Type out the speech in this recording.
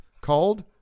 called